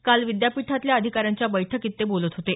काल विद्यापीठातल्या अधिकाऱ्यांच्या बैठकीत ते बोलत होते